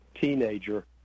teenager